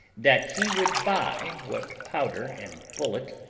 that he would buy what powder and bullet,